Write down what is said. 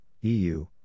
EU